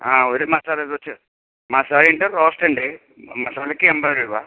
ആ ഒരു മസാല ദോശ മസാല ഉണ്ട് റോസ്റ്റ് ഉണ്ട് മസാലക്ക് എൺപത് രൂപ